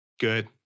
Good